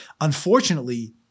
unfortunately